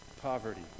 Poverty